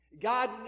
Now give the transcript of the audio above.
God